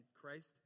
Christ